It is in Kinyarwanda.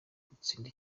gutsinda